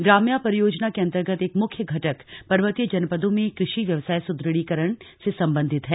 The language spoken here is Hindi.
ग्राम्या परियोजना के अन्तर्गत एक मुख्य घटक पर्वतीय जनपदों में कृषि व्यवसाय सुदृढ़ीकरण से सम्बन्धित है